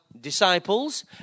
disciples